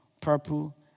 purple